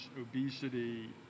obesity